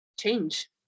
change